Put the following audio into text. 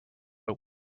but